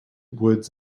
woods